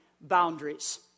boundaries